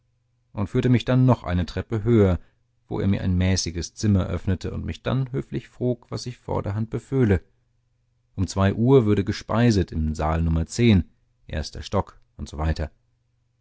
und führte mich dann noch eine treppe höher wo er mir ein mäßiges zimmer öffnete und mich dann höflich frug was ich vorderhand beföhle um zwei uhr würde gespeiset im saal nr erster stock usw